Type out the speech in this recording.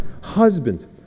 husbands